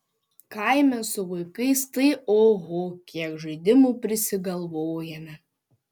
kaime su vaikais tai oho kiek žaidimų prisigalvojame